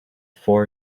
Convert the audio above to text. four